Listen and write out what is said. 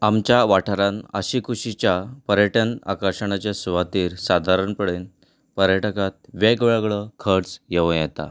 आमच्या वाठारांत आशिकुशिच्या पर्यटन आकर्शणाचे सुवातेर सादारणपळेन पर्यटकाक वेगळो वेगळो खर्च येवं येता